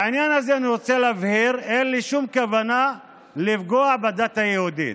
בעניין הזה אני רוצה להבהיר שאין לי שום כוונה לפגוע בדת היהודית,